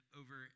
over